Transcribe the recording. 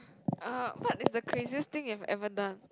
uh what is the craziest thing you have ever done